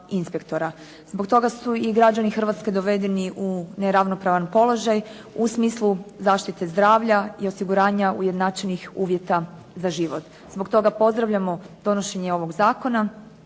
Zbog toga su i građani Hrvatske dovedeni u neravnopravan položaj u smislu zaštite zdravlja i osiguranja ujednačenih uvjeta za život. Zbog toga pozdravljamo donošenje ovog zakona